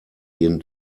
jeden